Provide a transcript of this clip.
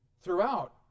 throughout